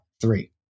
three